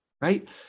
Right